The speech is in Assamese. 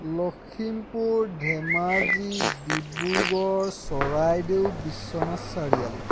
লখিমপুৰ ধেমাজী ডিব্ৰুগড় চৰাইদেউ বিশ্বনাথ চাৰিআলি